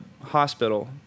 hospital